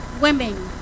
Women